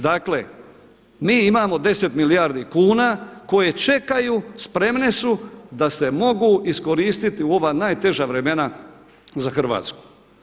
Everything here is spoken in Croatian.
Dakle mi imamo 10 milijardi kuna koje čekaju, spremne se da se mogu iskoristiti u ova najteža vremena za Hrvatsku.